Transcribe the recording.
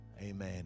amen